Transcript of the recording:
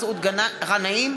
מסעוד גנאים,